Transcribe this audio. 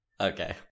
Okay